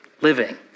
living